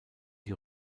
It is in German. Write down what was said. die